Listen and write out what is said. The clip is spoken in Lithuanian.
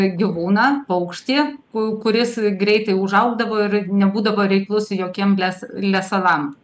gyvūną paukštį ku kuris greitai užaugdavo ir nebūdavo reiklus jokiem les lesalam